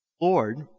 Lord